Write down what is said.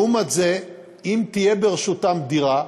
לעומת זה, אם תהיה ברשותם דירה,